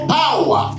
power